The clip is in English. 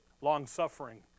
long-suffering